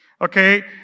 Okay